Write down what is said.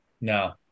No